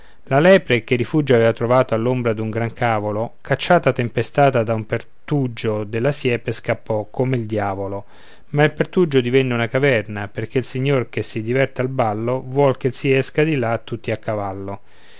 la lepre che rifugio avea trovato all'ombra d'un gran cavolo cacciata tempestata da un pertugio della siepe scappò come il diavolo ma il pertugio divenne una caverna perché il signor che si diverte al ballo vuol che si esca di là tutti a cavallo